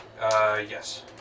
Yes